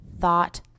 thought